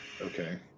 Okay